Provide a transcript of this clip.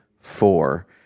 four